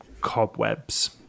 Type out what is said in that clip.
cobwebs